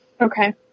Okay